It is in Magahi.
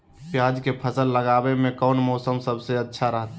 प्याज के फसल लगावे में कौन मौसम सबसे अच्छा रहतय?